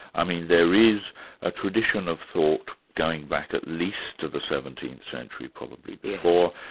i mean there is a tradition of thought going back at least to the seventeenth century, probably before,